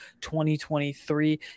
2023